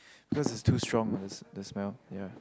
cause it's too strong the the smell ya